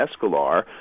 Escalar